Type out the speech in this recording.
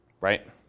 right